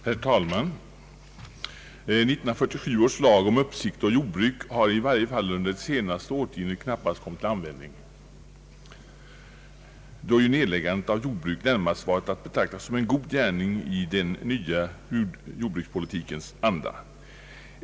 Herr talman! 1947 års lag om uppsikt å jordbruk har i varje fall under det senaste årtiondet knappast kommit till användning, då ju nedläggandet av jordbruk närmast varit att betrakta som en god gärning i den nya jordbrukspolitikens anda.